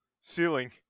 ceiling